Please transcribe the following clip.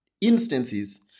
instances